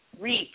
reach